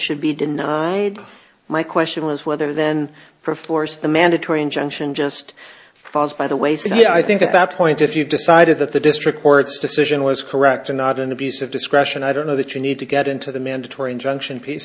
should be denied my question is whether then perforce the mandatory injunction just falls by the way so i think at that point if you decided that the district court's decision was correct or not an abuse of discretion i don't know that you need to get into the mandatory injunction piece